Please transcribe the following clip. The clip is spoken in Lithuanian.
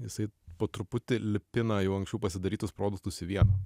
jisai po truputį lipina jau anksčiau pasidarytus produktus į vieną